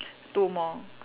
two more